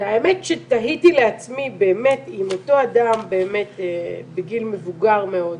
והאמת שתהיתי לעצמי באמת אם אותו אדם באמת בגיל מבוגר מאוד,